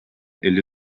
elli